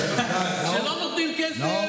כשלא נותנים כסף,